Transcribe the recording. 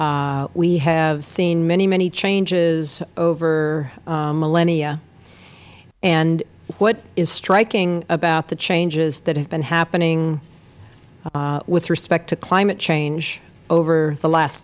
history we have seen many many changes over millennia and what is striking about the changes that have been happening with respect to climate change over the last